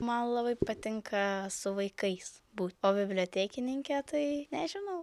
man labai patinka su vaikais būt o bibliotekininke tai nežinau